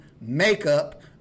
makeup